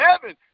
heaven